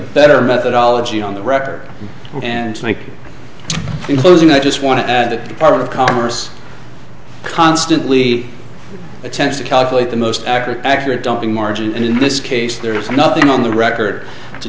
better methodology on the record and in closing i just want to add that department of commerce constantly attempts to calculate the most accurate accurate dumping margin in this case there is nothing on the record to